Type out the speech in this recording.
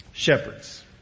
Shepherds